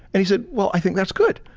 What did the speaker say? and he said well, i think that's good.